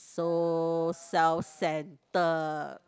so self centered